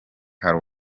rubavu